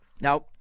now